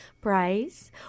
Bryce